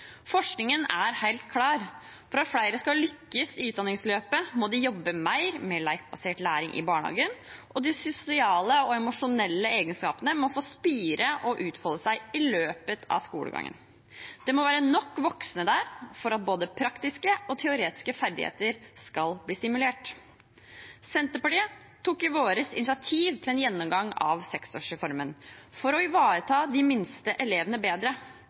Forskningen er helt klar – for at flere skal lykkes i utdanningsløpet, må de jobbe mer med lekbasert læring i barnehagen, og de sosiale og emosjonelle egenskapene må få spire og utfolde seg i løpet av skolegangen. Det må være nok voksne der for at både praktiske og teoretiske ferdigheter skal bli stimulert. Senterpartiet tok i vår initiativ til en gjennomgang av seksårsreformen for å ivareta de minste elevene bedre.